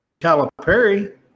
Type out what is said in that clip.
Calipari